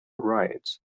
riots